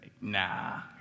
Nah